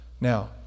Now